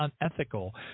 unethical